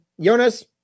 Jonas